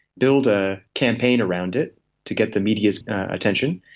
build a campaign around it to get the media's attention,